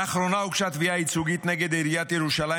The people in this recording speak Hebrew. לאחרונה הוגשה תביעה ייצוגית נגד עיריית ירושלים